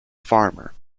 farmer